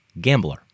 gambler